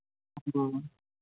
हाँ